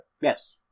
Yes